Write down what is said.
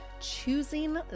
choosing